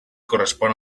correspon